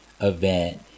event